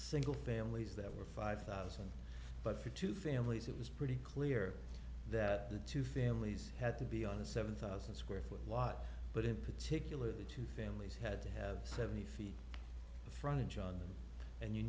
single families that were five thousand but for two families it was pretty clear that the two families had to be on the seven thousand square foot lot but in particular the two families had to have seventy feet in front of john and you